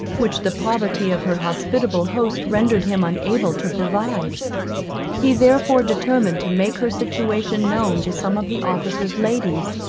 which the poverty of her hospitable host rendered him unable to provide he therefore determined to make her situation known to some of the officers' ladies,